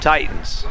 Titans